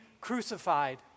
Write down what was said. crucified